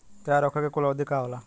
तैयार होखे के कूल अवधि का होला?